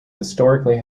historically